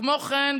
כמו כן,